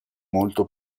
molto